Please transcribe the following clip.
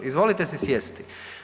Izvolite si sjesti.